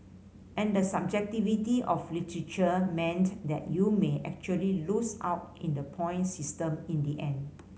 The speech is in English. and the subjectivity of literature meant that you may actually lose out in the point system in the end